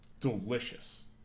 Delicious